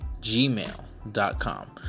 gmail.com